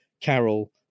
carol